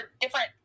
different